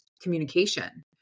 communication